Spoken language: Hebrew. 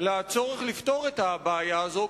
לצורך לפתור את הבעיה הזאת,